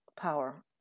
power